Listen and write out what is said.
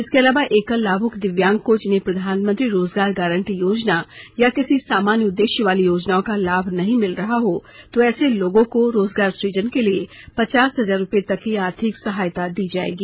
इसके अलावा एकल लाभूक दिव्यांग को जिन्हें प्रधानमंत्री रोजगार गारन्टी योजना या किसी सामान्य उदेश्य वाली योजनाओं का लाभ नहीं मिल रहा हो तो ऐसे लोगों को रोजगार सुजन के लिए पचास हजार रूपये तक की आर्थिक सहायता दी जाएगी